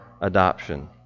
adoption